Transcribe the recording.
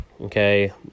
Okay